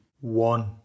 one